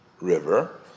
river